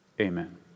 amen